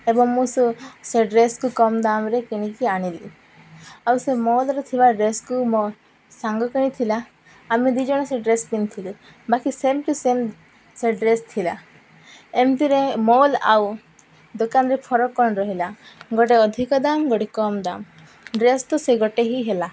ଏବଂ ମୁଁ ସେ ସେ ଡ୍ରେସ୍କୁ କମ୍ ଦାମ୍ରେ କିଣିକି ଆଣିଲି ଆଉ ସେ ମଲ୍ରେ ଥିବା ଡ୍ରେସ୍କୁ ମୋ ସାଙ୍ଗ କିଣିଥିଲା ଆମେ ଦୁଇ ଜଣ ସେ ଡ୍ରେସ୍ କିଣିଥିଲୁ ବାକି ସେମ୍ ଟୁ ସେମ୍ ସେ ଡ୍ରେସ୍ ଥିଲା ଏମିତିରେ ମଲ୍ ଆଉ ଦୋକାନରେ ଫରକ୍ କ'ଣ ରହିଲା ଗୋଟେ ଅଧିକ ଦାମ୍ ଗୋଟେ କମ୍ ଦାମ୍ ଡ୍ରେସ୍ ତ ସେ ଗୋଟେ ହିଁ ହେଲା